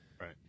Right